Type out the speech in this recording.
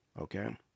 okay